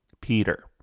Peter